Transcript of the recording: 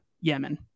Yemen